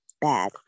bad